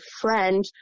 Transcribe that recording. friend